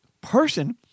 person